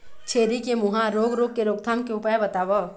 छेरी के मुहा रोग रोग के रोकथाम के उपाय बताव?